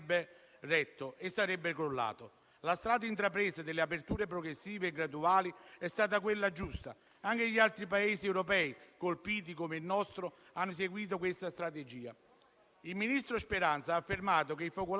Questo risultato si è ottenuto grazie all'azione combinata delle misure adottate di protezione individuale e di distanziamento sociale, ma anche grazie, indirettamente, alla riduzione della virulenza e della patogenicità del nuovo Coronavirus.